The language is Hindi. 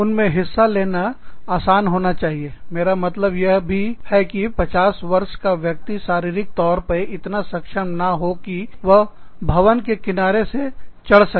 उन में हिस्सा लेना आसान होना चाहिए है मेरा मतलब यह भी है कि 50 वर्ष का व्यक्ति शारीरिक तौर पर इतना सक्षम ना हो कि वह भवन पर किनारे से चढ़ सके